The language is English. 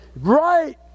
right